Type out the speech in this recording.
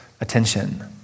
attention